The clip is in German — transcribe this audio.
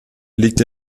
liegt